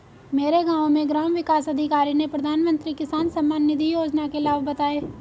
मेरे गांव में ग्राम विकास अधिकारी ने प्रधानमंत्री किसान सम्मान निधि योजना के लाभ बताएं